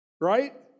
Right